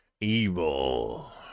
Evil